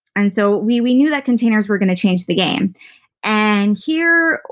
and so we we knew that containers were going to change the game and here,